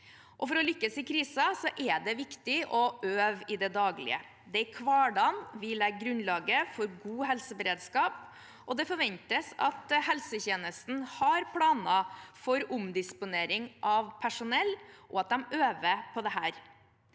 For å lykkes i kriser er det viktig å øve i det daglige. Det er i hverdagen vi legger grunnlaget for god helseberedskap, og det forventes at helsetjenesten har planer for omdisponering av personell og at de øver på dette.